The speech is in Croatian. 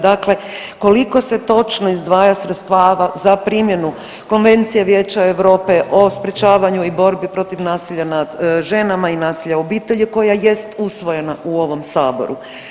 Dakle, koliko se točno izdvaja sredstva za primjenu Konvencije Vijeća Europe o sprječavanju i bori protiv nasilja nad ženama i nasilja u obitelji koja jest usvojena u ovom saboru.